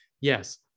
yes